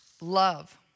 love